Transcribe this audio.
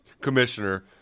commissioner